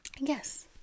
Yes